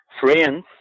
friends